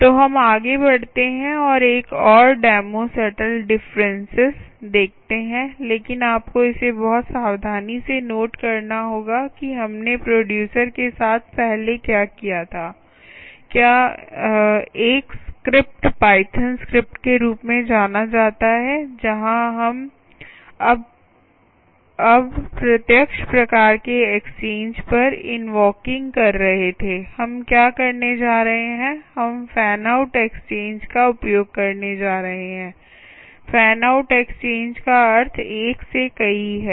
तो हम आगे बढ़ते हैं और एक और डेमो सटल डिफरेंसेस देखते हैं लेकिन आपको इसे बहुत सावधानी से नोट करना होगा कि हमने प्रोडूसर के साथ पहले क्या किया था क्या एक स्क्रिप्ट पाइथन स्क्रिप्ट के रूप में जाना जाता है जहां हम अब प्रत्यक्ष प्रकार के एक्सचेंज पर इनवॉकिंग कर रहे थे हम क्या करने जा रहे हैं हम फैन आउट एक्सचेंजका उपयोग करने जा रहे हैं फैन आउट एक्सचेंज का अर्थ एक से कई है